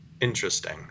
interesting